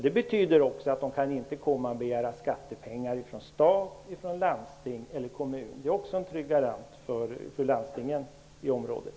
Det betyder att de inte kan begära skattepengar från stat, landsting eller kommun. Det är också en trygghet för landstingen i området.